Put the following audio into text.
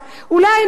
אני לא יודעת,